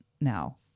now